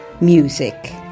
music